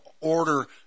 order